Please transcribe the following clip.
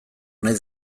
nahi